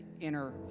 inner